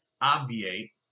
obviate